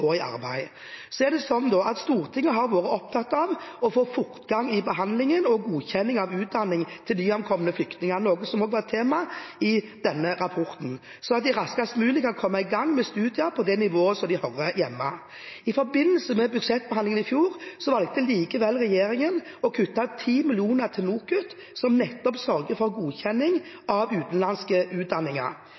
i arbeid. Stortinget har vært opptatt av å få fortgang i behandlingen og godkjenningen av utdanningen til de nyankomne flyktningene – noe som også var tema i denne rapporten – sånn at de raskest mulig kan komme i gang med studier på det nivået de hører hjemme. I forbindelse med budsjettbehandlingen i fjor valgte regjeringen likevel å kutte 10 mill. kr til NOKUT, som nettopp sørger for godkjenning av utenlandske utdanninger.